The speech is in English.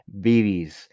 BBs